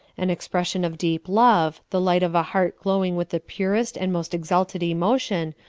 an expression of deep love, the light of a heart glowing with the purest and most exalted emotion,